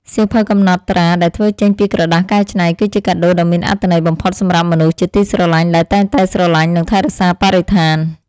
សៀវភៅកំណត់ត្រាដែលធ្វើចេញពីក្រដាសកែច្នៃ គឺជាកាដូដ៏មានអត្ថន័យបំផុតសម្រាប់មនុស្សជាទីស្រឡាញ់ដែលតែងតែស្រឡាញ់ និង ថែរក្សាបរិស្ថាន។